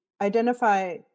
identify